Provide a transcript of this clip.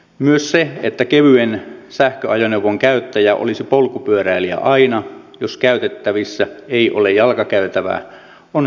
myös se että kevyen sähköajoneuvon käyttäjä olisi polkupyöräilijä aina jos käytettävissä ei ole jalkakäytävää on hyvä tiedostaa